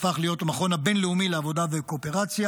והפך להיות המכון הבין-לאומי לעבודה וקואופרציה.